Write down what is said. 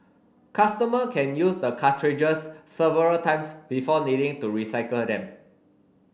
customer can use the cartridges several times before needing to recycler them